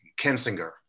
Kensinger